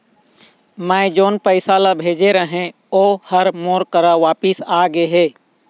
मै जोन पैसा ला भेजे रहें, ऊ हर मोर करा वापिस आ गे हे